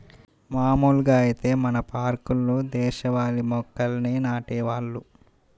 మాములుగా ఐతే మన పార్కుల్లో దేశవాళీ మొక్కల్నే నాటేవాళ్ళు